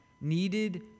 needed